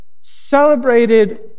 celebrated